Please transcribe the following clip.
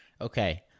Okay